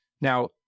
Now